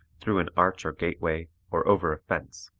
through an arch or gateway, or over a fence.